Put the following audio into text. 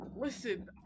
Listen